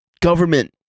government